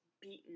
beaten